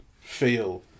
feel